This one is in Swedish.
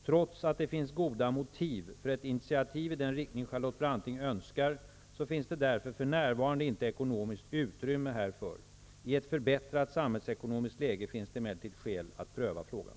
Trots att det finns goda motiv för ett initiativ i den riktning Charlotte Branting önskar finns det därför för närvarande inte ekonomiskt utrymme härför. I ett förbättrat samhällsekonomiskt läge finns det emellertid skäl att pröva frågan.